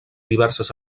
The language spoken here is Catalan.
diverses